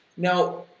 now,